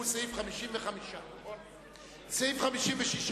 שהוא סעיף 55. סעיף 56,